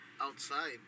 outside